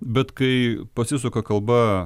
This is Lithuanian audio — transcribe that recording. bet kai pasisuka kalba